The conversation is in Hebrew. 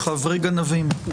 "חברי גנבים".